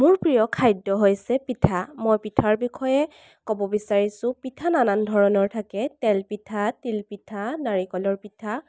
মোৰ প্ৰিয় খাদ্য হৈছে পিঠা মই পিঠাৰ বিষয়ে ক'ব বিচাৰিছো পিঠা নানান ধৰণৰ থাকে তেলপিঠা তিলপিঠা নাৰিকলৰ পিঠা